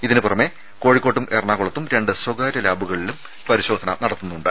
ഇതിന് പുറമെ കോഴിക്കോട്ടും എറണാകുളത്തും രണ്ട് സ്വകാര്യ ലാബുകളിലും പരിശോധന നടത്തുന്നുണ്ട്